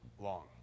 long